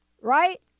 right